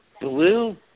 blue